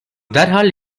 derhal